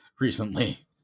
recently